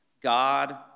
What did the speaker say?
god